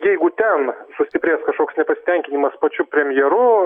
jeigu ten sustiprės kažkoks nepasitenkinimas pačiu premjeru